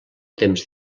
temps